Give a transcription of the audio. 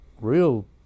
real